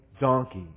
donkey